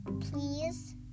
please